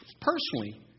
personally